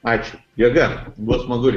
ačiū jėga buvo smagu